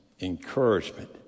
encouragement